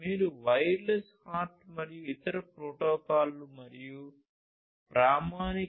మీరు wireless HART మరియు ఇతర ప్రోటోకాల్లు మరియు ప్రామాణిక 802